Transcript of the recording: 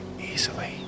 easily